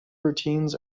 routines